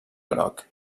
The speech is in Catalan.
groc